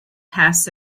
pass